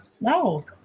No